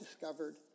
discovered